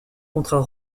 contrat